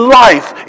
life